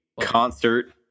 concert